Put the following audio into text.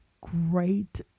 great